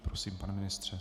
Prosím, pane ministře.